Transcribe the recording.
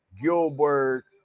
Gilbert